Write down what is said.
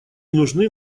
нужны